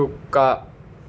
కుక్క